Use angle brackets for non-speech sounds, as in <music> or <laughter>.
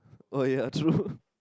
oh ya true <laughs>